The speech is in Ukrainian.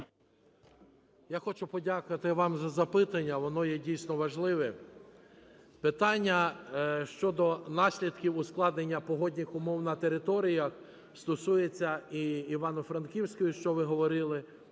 Я хочу подякувати вам за запитання. Воно є, дійсно, важливе. Питання щодо наслідків ускладнення погодних умов на територіях стосується і Івано-Франківської, що ви говорили,